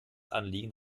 anliegen